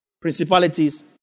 Principalities